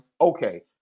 Okay